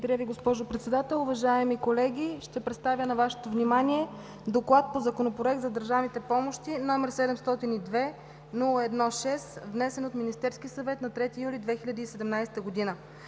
Ви, госпожо Председател. Уважаеми колеги, ще представя на Вашето внимание: „ДОКЛАД по Законопроект за държавните помощи, № 702-01-6, внесен от Министерския съвет на 3 юли 2017 г.